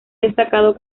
destacado